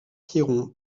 piron